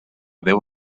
déu